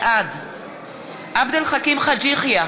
בעד עבד אל חכים חאג' יחיא,